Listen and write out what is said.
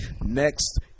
next